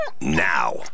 Now